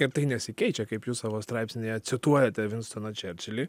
ir tai nesikeičia kaip jūs savo straipsnyje cituojate vinstoną čerčilį